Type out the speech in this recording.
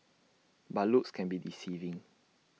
but looks can be deceiving